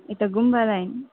यता गुम्बा लाइन